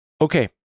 Okay